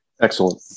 Excellent